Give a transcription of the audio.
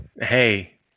Hey